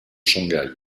shanghai